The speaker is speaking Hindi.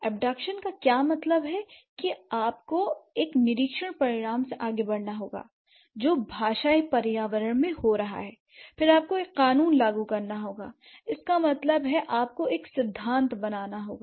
अबडकशन का क्या मतलब है कि आपको एक निरीक्षण परिणाम से आगे बढ़ना होगा जो भाषाई पर्यावरण मैं हो रहा है फिर आपको एक कानून लागू करना होगा इसका मतलब है आपको एक सिद्धांत बनाना होगा